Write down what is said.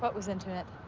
but was intimate?